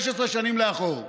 16 שנים לאחור.